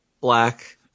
black